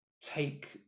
take